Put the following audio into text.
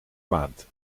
maand